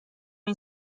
این